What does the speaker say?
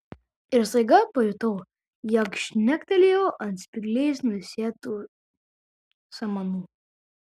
ir staiga pajutau jog žnektelėjau ant spygliais nusėtų samanų